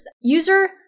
User